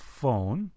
phone